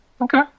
Okay